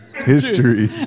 History